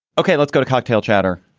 ok let's go to cocktail chatter.